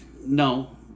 No